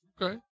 Okay